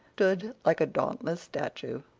stood like a dauntless statue.